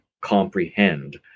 comprehend